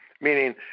meaning